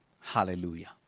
Hallelujah